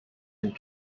and